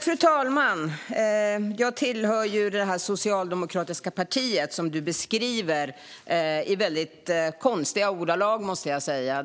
Fru talman! Jag tillhör det socialdemokratiska partiet, som Sten Bergheden beskriver i väldigt konstiga ordalag, måste jag säga.